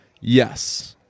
Yes